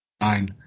nine